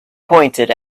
pointed